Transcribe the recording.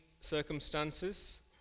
circumstances